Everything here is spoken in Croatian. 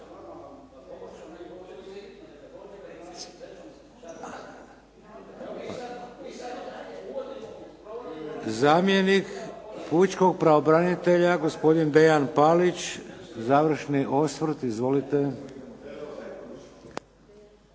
Zamjenik pučkog pravobranitelja, gospodin Dejan Palić, završni osvrt. Izvolite.